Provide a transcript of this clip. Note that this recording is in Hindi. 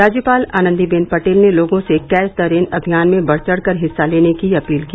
राज्यपाल आनन्दीबेन पटेल ने लोगों से कैच द रेन अभियान में बढ़ चढ़ कर हिस्सा लेने की अपील की